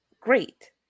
great